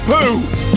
Pooh